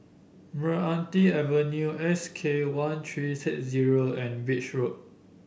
Meranti Avenue S K one three six zero and Beach Road